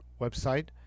website